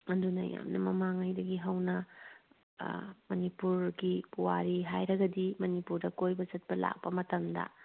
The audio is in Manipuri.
ꯑꯗꯨꯅ ꯌꯥꯝꯅ ꯃꯃꯥꯡꯉꯩꯗꯒꯤ ꯍꯧꯅ ꯑꯥ ꯃꯅꯤꯄꯨꯔꯒꯤ ꯄꯨꯋꯥꯔꯤ ꯍꯥꯏꯔꯒꯗꯤ ꯃꯅꯤꯄꯨꯔꯒꯤ ꯀꯣꯏꯕ ꯆꯠꯄ ꯂꯥꯛꯄ ꯃꯇꯝꯗ